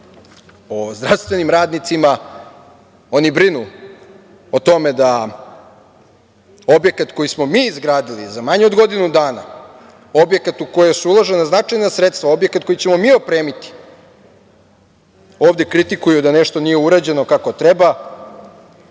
o zdravstvenim radnicima, oni brinu o tome da objekat koji smo mi izgradili za manje od godinu dana, objekat u koji su uložena značajna sredstva, objekat koji ćemo mi opremiti ovde kritikuju da nešto nije urađeno kako treba,